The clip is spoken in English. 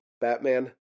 Batman